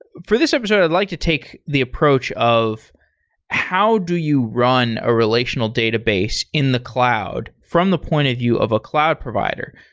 for this episode i'd like to take the approach of how do you run a relational database in the cloud from the point of view of a cloud provider.